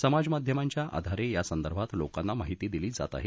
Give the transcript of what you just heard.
समाज माध्यमांच्या आधारे यासंदर्भात लोकांना माहिती दिली जात आहे